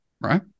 right